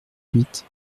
huit